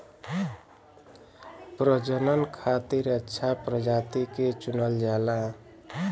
प्रजनन खातिर अच्छा प्रजाति के चुनल जाला